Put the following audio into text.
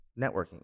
networking